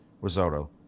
risotto